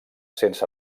sense